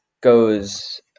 goes